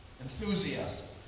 Enthusiastic